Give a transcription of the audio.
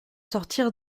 sortir